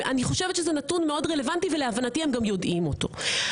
אני חושבת שזה נתון מאוד רלוונטי ולהבנתי הם גם יודעים אותו.